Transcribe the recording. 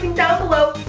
down below